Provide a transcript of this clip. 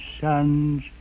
son's